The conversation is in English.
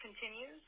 continues